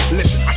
listen